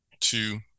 two